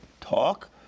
talk